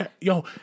yo